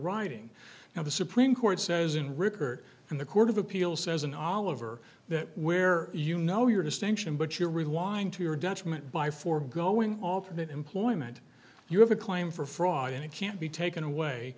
writing now the supreme court says in rickard and the court of appeals says in oliver that where you know your distinction but you're relying to your detriment by forgoing all that employment you have a claim for fraud and it can't be taken away